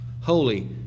holy